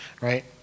right